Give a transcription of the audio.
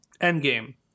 Endgame